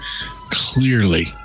clearly